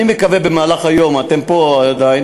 אני מקווה שבמהלך היום, אתם פה עדיין.